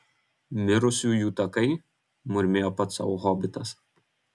mirusiųjų takai murmėjo pats sau hobitas